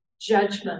judgment